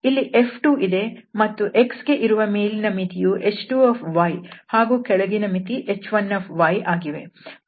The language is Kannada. ಇಲ್ಲಿ F2 ಇದೆ ಮತ್ತು x ಗೆ ಇರುವ ಮೇಲಿನ ಮಿತಿಯು h2ಹಾಗೂ ಕೆಳಗಿನ ಮಿತಿ h1 ಆಗಿವೆ